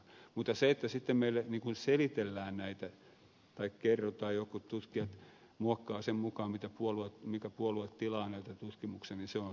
mutta se että sitten meille selitellään näitä tai kerrotaan jotkut tutkijat muokkaavat sen mukaan mitkä puolueet tilaavat näitä tutkimuksia on säälittävää